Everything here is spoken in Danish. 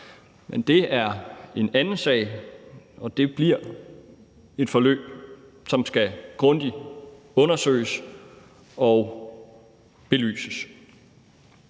men det er en anden sag, og det bliver et forløb, som skal grundigt undersøges og belyses.